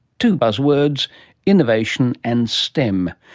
two buzzwords innovation and stem.